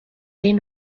then